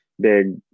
big